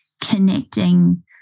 connecting